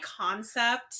concept